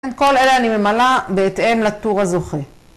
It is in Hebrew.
כל אלה אני ממלא בהתאם לטור הזוכה